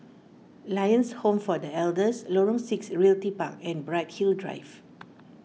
Lions Home for the Elders Lorong six Realty Park and Bright Hill Drive